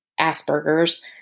Asperger's